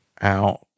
out